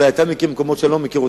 אולי אתה מכיר מקומות שאני לא מכיר,